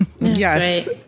Yes